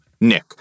Nick